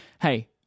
Hey